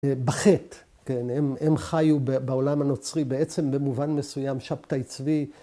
‫בחטא, כן, הם חיו בעולם הנוצרי, ‫בעצם במובן מסוים שבתאי צבי